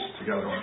together